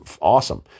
awesome